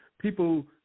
People